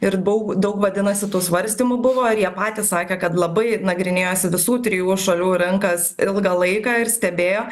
ir baug daug vadinasi tų svarstymų buvo ir jie patys sakė kad labai nagrinėjosi visų trijų šalių rinkas ilgą laiką ir stebėjo